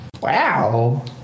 Wow